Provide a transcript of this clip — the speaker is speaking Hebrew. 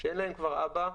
שאין להן כבר אבא,